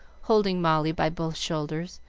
holding molly by both shoulders,